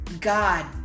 God